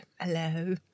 hello